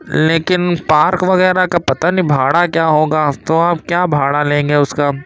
لیکن پارک وغیرہ کا پتا نہیں بھاڑا کیا ہوگا تو آپ کیا بھاڑا لیں گے اس کا